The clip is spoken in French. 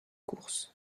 courses